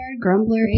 grumbler